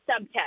subtext